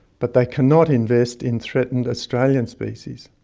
but they cannot invest in threatened australian species.